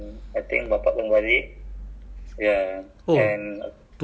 oh so how many ah dua kali ah one week one week dua kali ah